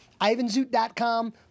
Ivanzoot.com